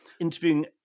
interviewing